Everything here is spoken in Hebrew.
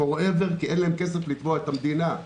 כי אין להם כסף לתבוע את המדינה.